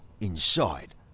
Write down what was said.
inside